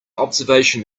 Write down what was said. observation